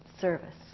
service